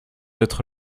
être